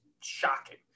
shocking